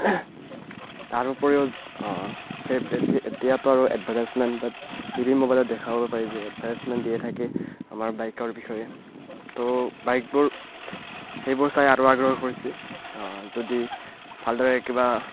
তাৰপৰিও এতিয়াতো আৰু advertisement but টি ভিৰ মোবাইলত দেখুৱাব পাৰি যে এডভাৰ্টাইজমেণ্ট দিয়ে থাকে আমাৰ বাইকৰ বিষয়ে তো বাইকবোৰ সেইবোৰ চাই আৰু আগ্ৰহ কৰিছে যদি ভালদৰে কিবা